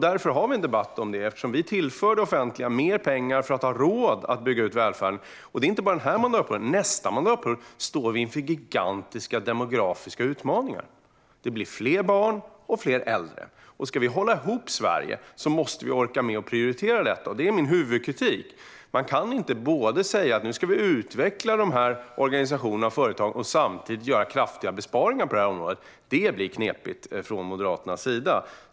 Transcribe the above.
Därför har vi en debatt om detta, eftersom vi tillförde det offentliga mer pengar för att man skulle ha råd att bygga ut välfärden. Det gäller inte bara denna mandatperiod. Nästa mandatperiod står vi inför gigantiska demografiska utmaningar. Det blir fler barn och fler äldre. Ska vi hålla ihop Sverige måste vi orka med att prioritera detta. Det här är min huvudkritik. Man kan inte säga att vi ska utveckla de här organisationerna och företagen och samtidigt göra kraftiga besparingar på området. Det blir knepigt från Moderaternas sida.